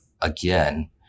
again